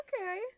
okay